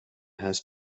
has